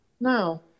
No